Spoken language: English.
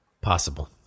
Possible